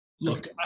Look